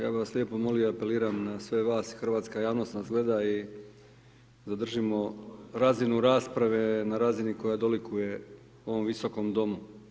Ja bih vas lijepo molio i apeliram na sve vas, hrvatska javnost nas gleda i zadržimo razinu rasprave na razini koja dolikuje ovom Visokom domu.